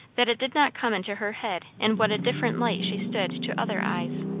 that it did not come into her head in what a different light she stood to other eyes.